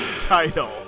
title